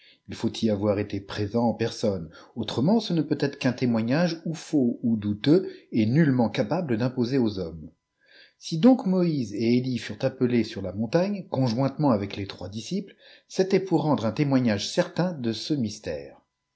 il faut y avoir été présent en personne autrement ce ne peut être qu'un témoignage ou faux ou douteux et nullement capable d'imposer aux hommes si donc moïse et elie furent appelés sur la montagne conjointement avec les trois disciples c'était pour rendre un témoignage certain de ce mystère